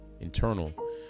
internal